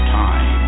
time